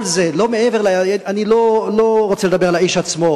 כל זה, לא מעבר, אני לא רוצה לדבר על האיש עצמו,